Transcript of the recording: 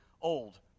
old